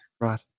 Right